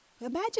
Imagine